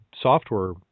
software